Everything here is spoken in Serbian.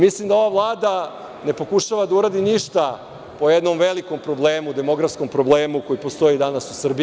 Mislim da ova Vlada ne pokušava da uradi ništa po jednom velikom, demografskom problemu koji postoji danas u Srbiji.